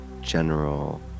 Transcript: general